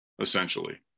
essentially